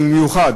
ובמיוחד